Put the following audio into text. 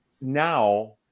now